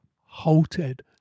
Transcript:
halted